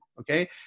Okay